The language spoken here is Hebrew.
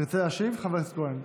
תרצה להשיב, חבר הכנסת כהן?